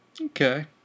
okay